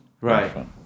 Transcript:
right